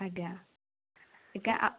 ଆଜ୍ଞା ଆଜ୍ଞା ଆ